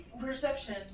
perception